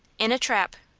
in a trap.